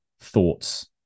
thoughts